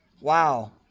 Wow